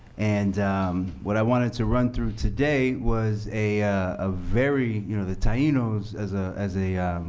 and um what i wanted to run through today was a a very you know, the tainos, as ah as a